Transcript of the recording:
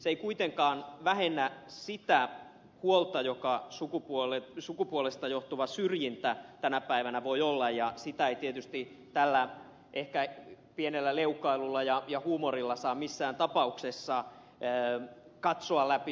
se ei kuitenkaan vähennä sitä huolta joka sukupuolesta johtuvasta syrjinnästä tänä päivänä voi olla ja sitä ei tietysti tällä ehkä pienellä leukailulla ja huumorilla saa missään tapauksessa katsoa läpi sormien